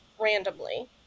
randomly